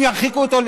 אם ירחיקו אותו,